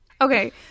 Okay